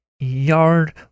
yard